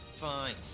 Fine